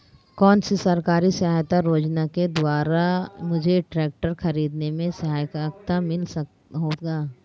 कौनसी सरकारी सहायता योजना के द्वारा मुझे ट्रैक्टर खरीदने में सहायक होगी?